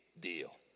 deal